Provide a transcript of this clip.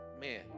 man